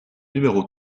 numéro